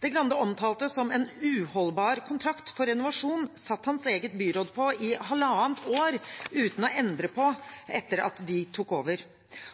Grande omtalte som en uholdbar kontrakt for renovasjon, satt hans eget byråd på i halvannet år uten å endre på etter at de tok over.